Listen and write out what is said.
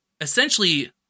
essentially